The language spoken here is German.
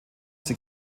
sie